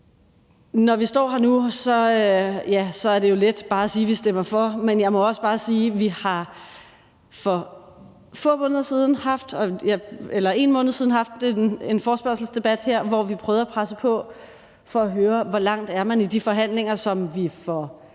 Når vi står her nu, er det jo let bare at sige, at vi stemmer for, men jeg må også bare sige, at vi for en måned siden har haft en forespørgselsdebat, hvor vi prøvede at presse på for at høre, hvor langt man er i de forhandlinger, som vi for